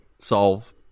solve